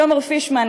תומר פישמן,